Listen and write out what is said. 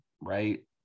right